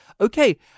okay